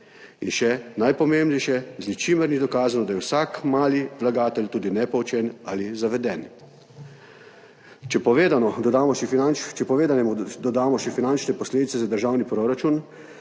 In še najpomembnejše, z ničimer ni dokazano, da je vsak mali vlagatelj tudi nepoučen ali zaveden. Če povedanemu dodamo še finančne posledice za državni proračun,